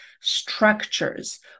structures